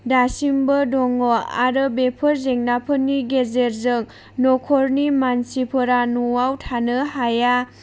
दासिमबो दङ आरो बेफोर जेंनाफोरनि गेजेरजों न'खरनि मानसिफोरा न'आव थानो हाया